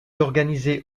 organisé